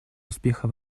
успеха